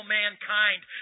mankind